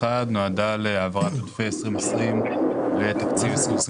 אני רוצה לשאול שאלה על הנושא של התקציבים של מרכיבי ביטחון,